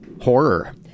horror